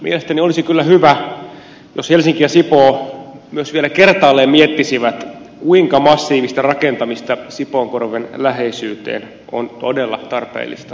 mielestäni olisi kyllä hyvä jos helsinki ja sipoo myös vielä kertaalleen miettisivät kuinka massiivista rakentamista sipoonkorven läheisyydessä on todella tarpeellista tehdä